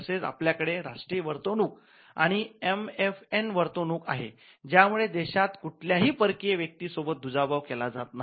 तसेच आपल्या कडे राष्ट्रीय वर्तवणूक आणि एम एफ एन वर्तवणूक आहे ज्या मुळे देशात कुठल्याही परकीय व्यक्ती सोबत दुजाभाव केला जात नाही